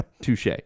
Touche